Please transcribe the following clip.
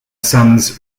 sons